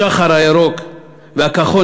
השח"ר הירוק והכחול,